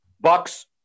Bucks